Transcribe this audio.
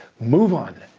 move on,